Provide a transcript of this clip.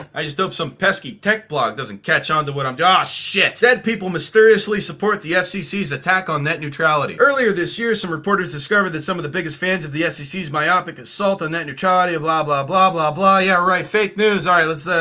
i just hope some pesky tech blog doesn't catch on to what i'm, ah shit. dead people mysteriously support the fcc's attack on net neutrality earlier this year some reporters discovered that some of the biggest fans of the scc's myopic assault on net neutrality of blah blah blah blah blah yeah right fake news alright.